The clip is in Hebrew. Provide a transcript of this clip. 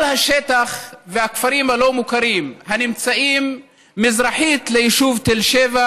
כל השטח והכפרים הלא-מוכרים הנמצאים מזרחית ליישוב תל-שבע